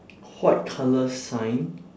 white colour sign